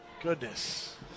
Goodness